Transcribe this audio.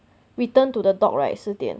we turned to the dog right 四点